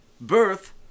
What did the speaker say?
birth